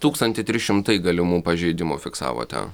tūkstantį trys šimtai galimų pažeidimų fiksavote